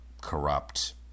corrupt